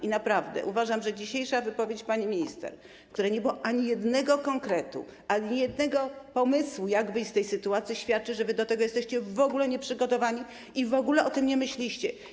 I naprawdę uważam, że dzisiejsza wypowiedź pani minister, w której nie było ani jednego konkretu, ani jednego pomysłu, jak wyjść z tej sytuacji, świadczy o tym, że wy do tego jesteście w ogóle nieprzygotowani i w ogóle o tym nie myślicie.